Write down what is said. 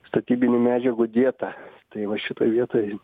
statybinių medžiagų dietą tai va šitoj vietoj